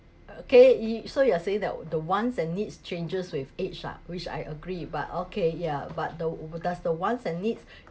okay if so you are saying that the wants and needs changes with age lah which I agree but okay ya but the w~ does the wants and needs